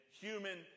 human